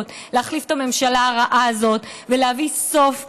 להחליף את הממשלה הרעה הזאת ולהביא סוף לאפליה,